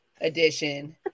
edition